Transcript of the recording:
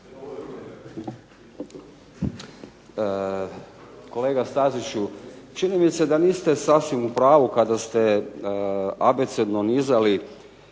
Kolega Staziću, čini mi se da niste sasvim u pravu kada ste abecedno nizali